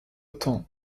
temps